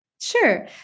Sure